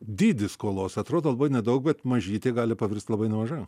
dydis skolos atrodo labai nedaug bet mažytė gali pavirsti labai maža